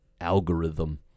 algorithm